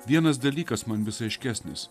vienas dalykas man vis aiškesnis